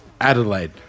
Adelaide